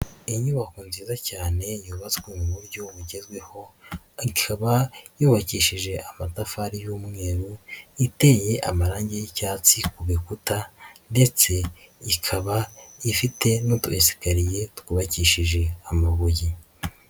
Inyubako nziza cyane yubatswe mu buryo bugezweho, ikaba yubakishije amatafari y'umweru, iteye amarangi y'icyatsi ku bikuta ndetse ikaba ifite n'utuhesikariye twubakishije amabuye.